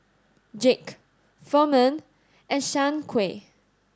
Jake Furman and Shanequa